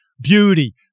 beauty